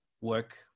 work